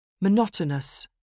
Monotonous